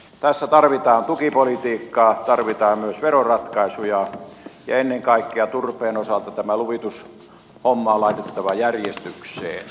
tässä tarvitaan tukipolitiikkaa tarvitaan myös veroratkaisuja ja ennen kaikkea turpeen osalta tämä luvitushomma on laitettava järjestykseen